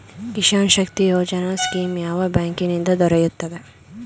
Kisan Shakti Yojana scheme ಯಾವ bank ನಿಂದ ದೊರೆಯುತ್ತದೆ?